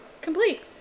complete